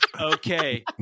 okay